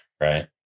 right